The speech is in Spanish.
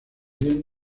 bien